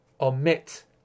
omit